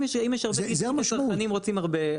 אם יש הרבה צרכנים רוצים הרבה,